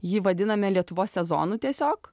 jį vadiname lietuvos sezonu tiesiog